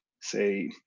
say